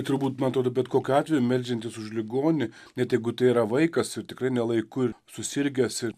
turbūt man atrodo bet kokiu atveju meldžiantis už ligonį net jeigu tai yra vaikas ir tikrai ne laiku ir susirgęs ir